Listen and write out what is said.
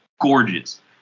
gorgeous